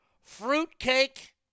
fruitcake